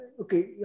Okay